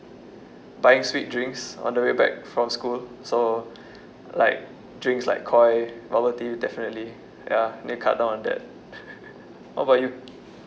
buying sweet drinks on the way back from school so like drinks like Koi bubble tea definitely ya I need to cut down on that what about you